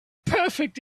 perfect